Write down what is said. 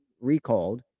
recalled